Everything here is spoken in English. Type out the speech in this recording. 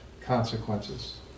consequences